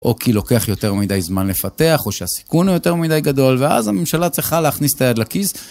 או כי לוקח יותר מדי זמן לפתח, או שהסיכון הוא יותר מדי גדול ואז הממשלה צריכה להכניס את היד לכיס..